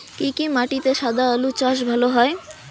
কি কি মাটিতে সাদা আলু চাষ ভালো হয়?